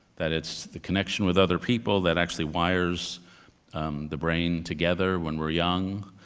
that it's the connection with other people that actually wires the brain together when we're young.